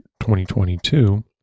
2022